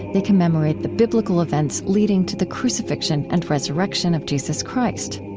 they commemorate the biblical events leading to the crucifixion and resurrection of jesus christ.